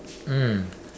mm